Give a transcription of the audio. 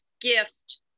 gift